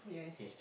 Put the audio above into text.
yes